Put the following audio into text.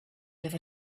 live